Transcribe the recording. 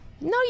No